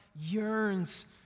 yearns